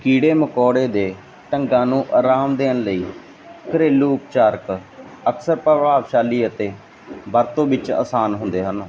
ਕੀੜੇ ਮਕੌੜੇ ਦੇ ਢੰਗਾਂ ਨੂੰ ਆਰਾਮ ਦੇਣ ਲਈ ਘਰੇਲੂ ਉਪਚਾਰਕ ਅਕਸਰ ਪ੍ਰਭਾਵਸ਼ਾਲੀ ਅਤੇ ਵਰਤੋਂ ਵਿੱਚ ਆਸਾਨ ਹੁੰਦੇ ਹਨ